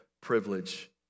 privilege